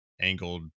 angled